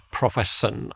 profession